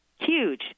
huge